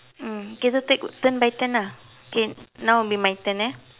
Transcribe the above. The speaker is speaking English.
mm kita take turn by turn ah okay now it will be my turn eh